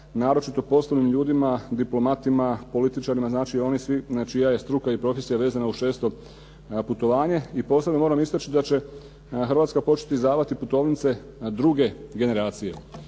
naročito poslovnim ljudima, diplomatima, političarima, znači i onih svih čija je struka i profesija vezana uz često putovanje. I posebno moram istaći da će Hrvatska početi izdavati putovnice druge generacije.